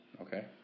okay